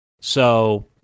So-